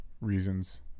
reasons